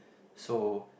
so